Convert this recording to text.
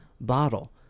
bottle